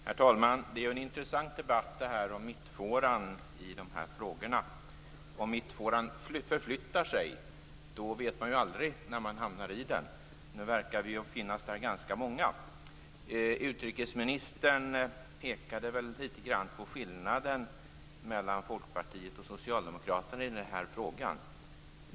Herr talman! Detta är en intressant debatt om mittfåran i de här frågorna. Om mittfåran förflyttar sig vet man aldrig när man hamnar i den. Nu verkar vi ju vara ganska många i den. Utrikesministern pekade väl litet grand på skillnaden mellan Folkpartiet och Socialdemokraterna i den här frågan.